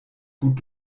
gut